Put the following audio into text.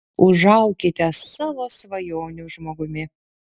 užaukite savo svajonių žmogumi